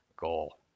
goal